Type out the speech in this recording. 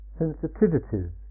sensitivities